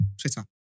Twitter